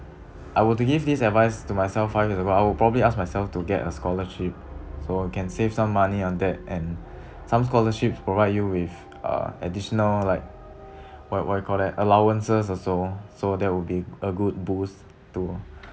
I were to give this advice to myself five years ago I would probably ask myself to get a scholarship so can save some money on that and some scholarships provide you with uh additional like what what you call that allowances also so that would be a good boost to